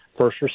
first